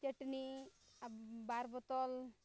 ᱪᱟᱹᱴᱱᱤ ᱟᱨ ᱵᱟᱨ ᱵᱳᱛᱳᱞ